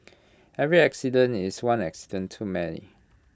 every accident is one accident too many